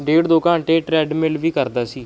ਡੇਢ ਦੋ ਘੰਟੇ ਟਰੈਡਮਿੱਲ ਵੀ ਕਰਦਾ ਸੀ